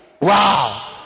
Wow